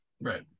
Right